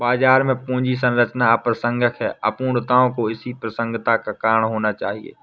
बाजार में पूंजी संरचना अप्रासंगिक है, अपूर्णताओं को इसकी प्रासंगिकता का कारण होना चाहिए